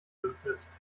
bündnis